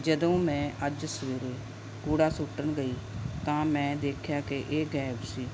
ਜਦੋਂ ਮੈਂ ਅੱਜ ਸਵੇਰੇ ਕੂੜਾ ਸੁੱਟਣ ਗਈ ਤਾਂ ਮੈਂ ਦੇਖਿਆ ਕਿ ਇਹ ਗਾਇਬ ਸੀ